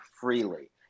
freely